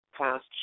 past